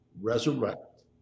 resurrect